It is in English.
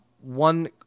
One